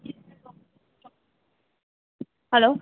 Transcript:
hello